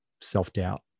self-doubt